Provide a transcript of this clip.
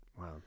wow